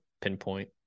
pinpoint